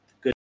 Good